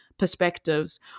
perspectives